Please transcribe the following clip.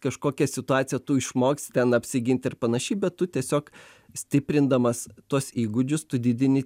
kažkokią situaciją tu išmoksi ten apsigint ir panašiai bet tu tiesiog stiprindamas tuos įgūdžius tu didini